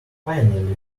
finally